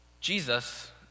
Jesus